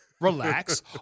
relax